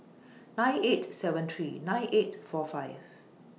nine eight seven three nine eight four five